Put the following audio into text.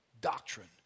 doctrine